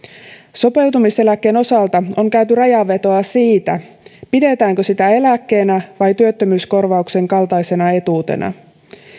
sopeutumiseläkkeen osalta on käyty rajanvetoa siitä pidetäänkö sitä eläkkeenä vai työttömyyskorvauksen kaltaisena etuutena